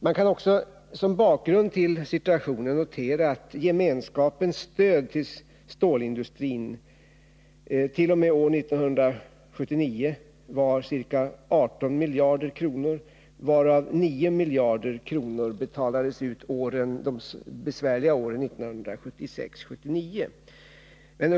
Man kan också som bakgrund till situationen notera att Europeiska gemenskapens stöd till stålindustrin t.o.m. år 1979 var ca 18 miljarder kronor, varav 9 miljarder kronor betalades ut under de besvärliga åren 1976-1979.